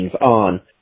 on